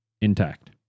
intact